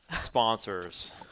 sponsors